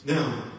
Now